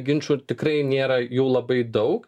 ginčų tikrai nėra jų labai daug